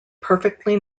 perfectly